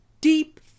Deep